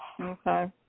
Okay